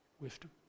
wisdom